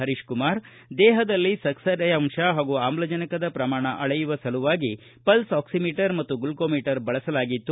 ಪರೀಶಕುಮಾರ್ ದೇಹದಲ್ಲಿ ಸ್ಕರೆ ಅಂಶ ಹಾಗೂ ಆಮ್ಲಜನಕದ ಪ್ರಮಾಣ ಅಳೆಯುವ ಸಲುವಾಗಿ ಪಲ್ಸ್ ಆಕ್ಲಿಮೀಟರ್ ಮತ್ತು ಗ್ಲೂಕೊಮೀಟರ್ ಬಳಸಲಾಗಿತ್ತು